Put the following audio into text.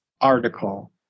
article